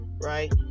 right